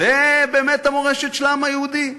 זו באמת המורשת של העם היהודי?